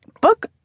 book